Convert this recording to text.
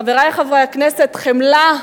חברי חברי הכנסת, חמלה,